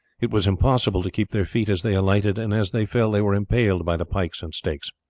it was impossible to keep their feet as they alighted, and as they fell they were impaled by the pikes and stakes.